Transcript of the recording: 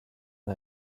her